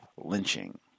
lynching